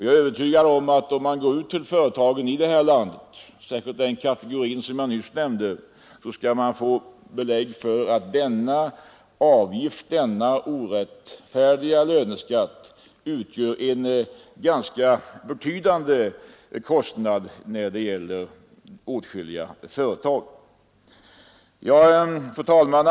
Går man ut till företagen i detta land får man, särskilt hos den kategori som jag nämnde, belägg för att denna orättfärdiga löneskatt utgör en ganska betydande kostnad för åtskilliga företag. Fru talman!